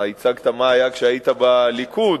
אתה הצגת מה היה כשהיית בליכוד,